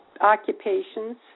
occupations